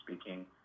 speaking